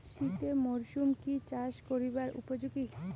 শীতের মরসুম কি চাষ করিবার উপযোগী?